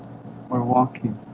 we're walking